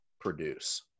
produce